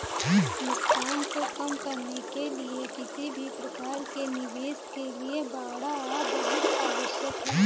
नुकसान को कम करने के लिए किसी भी प्रकार के निवेश के लिए बाड़ा बहुत आवश्यक हैं